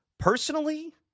Personally